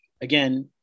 again